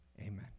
amen